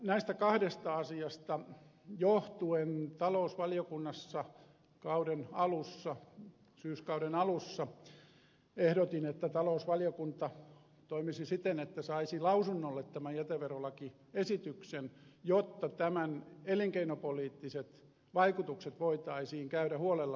näistä kahdesta asiasta johtuen talousvaliokunnassa syyskauden alussa ehdotin että talousvaliokunta toimisi siten että saisi lausunnolle tämän jäteverolakiesityksen jotta tämän elinkeinopoliittiset vaikutukset voitaisiin käydä huolella läpi